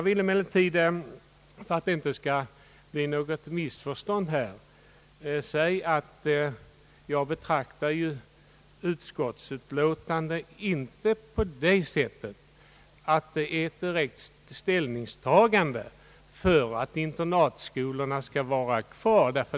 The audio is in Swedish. För att det inte skall uppstå något missförstånd vill jag emellertid säga att jag inte betraktar utskottsutlåtandet på det sättet att det innebär ett direkt ställningstagande för att internatskolorna skall vara kvar i nuvarande form.